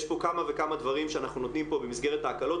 יש פה כמה וכמה דברים שאנחנו נותנים פה במסגרת ההקלות,